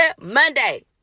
Monday